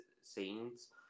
scenes